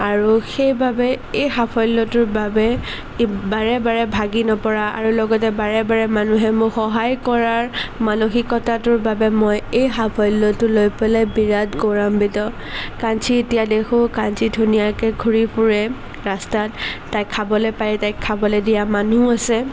আৰু সেইবাবে এই সাফল্যটোৰ বাবে বাৰে বাৰে ভাগি নপৰা আৰু লগতে বাৰে বাৰে মানুহে মোক সহায় কৰাৰ মানসিকতাটোৰ বাবে মই এই সাফল্যটো লৈ পেলাই বিৰাট গৌৰৱান্বিত কাঞ্চী এতিয়া দেখোঁ কাঞ্চী ধুনীয়াকৈ ঘূৰি ফুৰে ৰাস্তাত তাই খাবলৈ পায় তাইক খাবলৈ দিয়া মানুহ আছে